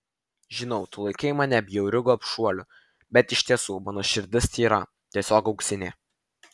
žinau tu laikai mane bjauriu gobšuoliu bet iš tiesų mano širdis tyra tiesiog auksinė